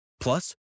Plus